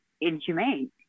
inhumane